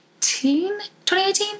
2018